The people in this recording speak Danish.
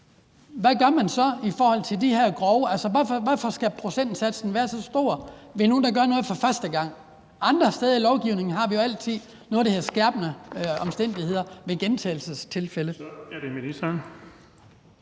hvad man så gør i forhold til de her grove overtrædelser. Altså, hvorfor skal procentsatsen være så høj for nogle, der gør noget for første gang? Andre steder i lovgivningen har vi jo altid noget, der hedder skærpende omstændigheder, ved gentagelsestilfælde.